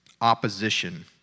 opposition